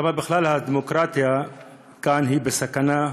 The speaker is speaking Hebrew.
מעידה כמה בכלל הדמוקרטיה כאן היא בסכנה,